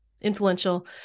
influential